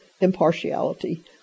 impartiality